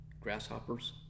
grasshoppers